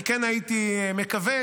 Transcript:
אני כן הייתי מקווה,